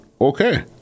Okay